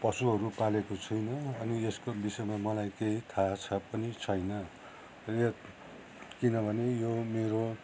पशुहरू पालेको छुइनँ अनि यसको विषयमा मलाई केही थाह छ पनि छैन यो किनभने यो मेरो